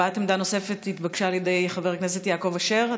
הבעת עמדה נוספת התבקשה על ידי חבר הכנסת יעקב אשר.